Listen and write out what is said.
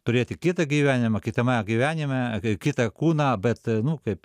turėti kitą gyvenimą kitame gyvenime kai kitą kūną bet nu kaip